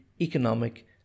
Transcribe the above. economic